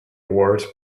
ward